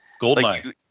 goldmine